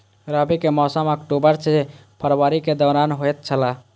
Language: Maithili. रबी के मौसम अक्टूबर से फरवरी के दौरान होतय छला